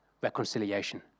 reconciliation